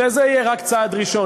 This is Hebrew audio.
שזה יהיה רק צעד ראשון.